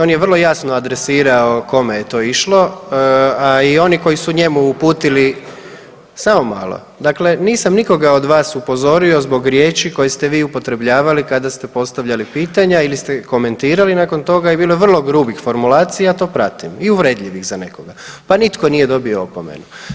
On je vrlo jasno adresirao kome je to išlo, a i oni koji su njemu uputili … [[Upadica iz klupe se ne razumije]] samo malo, dakle nisam nikoga od vas upozorio zbog riječi koje ste vi upotrebljavali kada ste postavljali pitanja ili ste komentirali nakon toga i bilo je vrlo grubih formulacija, to pratim i uvredljivih za nekoga, pa nitko nije dobio opomenu.